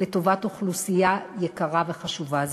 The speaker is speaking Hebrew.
לטובת אוכלוסייה יקרה וחשובה זו.